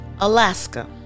Alaska